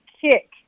kick